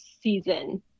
season